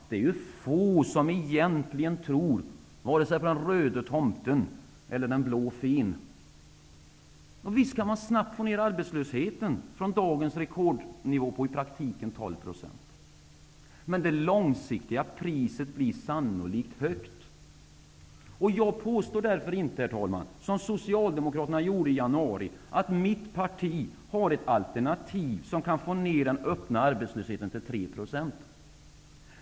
Det är få som egentligen tror på den röde tomten eller den blå fen. Visst kan man snabbt få ner arbetslösheten från dagens rekordnivå på i praktiken 12 %. Men det långsiktiga priset blir sannolikt högt. Jag påstår inte som Socialdemokraterna gjorde i januari att mitt parti har ett alternativ som kan få ner den öppna arbetslösheten till 3 %.